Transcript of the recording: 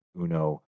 Uno